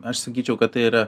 aš sakyčiau kad tai yra